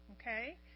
okay